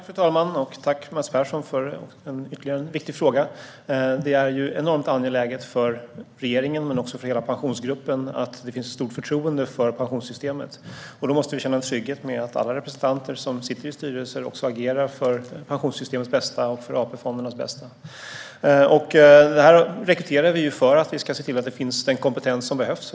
Fru talman! Tack, Mats Persson, för ytterligare en viktig fråga! Det är enormt angeläget för regeringen, men också för hela pensionsgruppen, att det finns ett stort förtroende för pensionssystemet. Då måste vi kunna känna oss trygga med att alla representanter som sitter i styrelser agerar för pensionssystemets och AP-fondernas bästa. Vi rekryterar för att det ska finnas den kompetens som behövs.